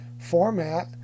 format